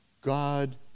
God